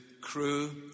crew